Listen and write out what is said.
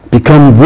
Become